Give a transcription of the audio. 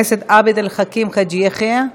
חבר הכנסת עבד אל חכים חאג' יחיא,